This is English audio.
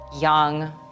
young